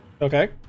Okay